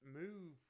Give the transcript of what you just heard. move